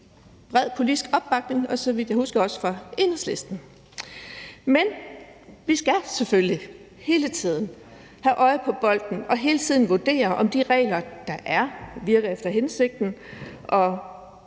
bred politisk opbakning, også fra Enhedslisten, så vidt jeg husker. Men vi skal selvfølgelig hele tiden have øje på bolden og hele tiden vurdere, om de regler, der er, virker efter hensigten.